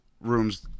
rooms